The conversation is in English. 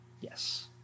yes